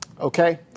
Okay